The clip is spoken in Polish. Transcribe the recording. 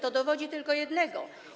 To dowodzi tylko jednego.